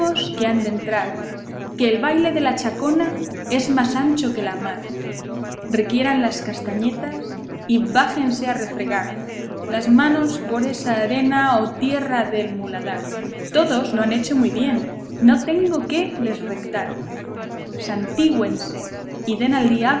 que han de entrar que el baile de la chacona es más ancho que la mar requieran las castañetas y bájense a refregar las manos por esa arena o tierra del muladar todos lo han hecho muy bien no tengo qué les rectar santígüense y den al